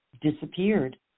disappeared